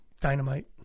dynamite